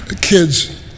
Kids